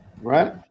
right